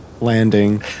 landing